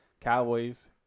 Cowboys